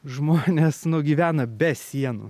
žmonės nu gyvena be sienų